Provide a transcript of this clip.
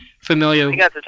familiar